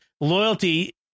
loyalty